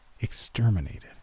exterminated